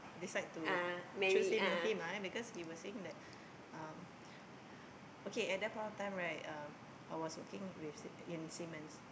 decide to choose him him lah eh because he was saying that um okay at that point of time right um I was working with in Siemens